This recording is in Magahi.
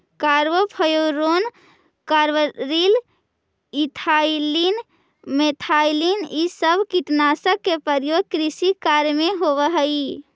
कार्बोफ्यूरॉन, कार्बरिल, इथाइलीन, मिथाइलीन इ सब कीटनाशक के प्रयोग कृषि कार्य में होवऽ हई